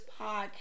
podcast